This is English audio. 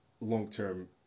long-term